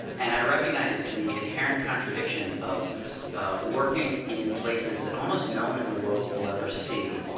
and i recognize the inherent contradiction of working in places that almost no one in the world will ever see,